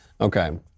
Okay